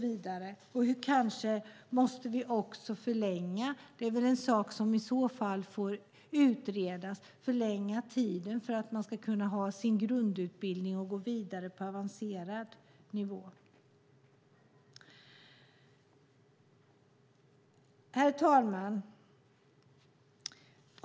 Vi kanske också måste förlänga tiden för att man ska få sin grundutbildning och gå vidare på avancerad nivå. Det är något som vi i så fall får utreda. Herr talman!